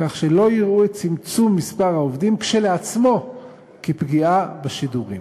כך שלא יראו את צמצום מספר העובדים כשלעצמו כפגיעה בשידורים.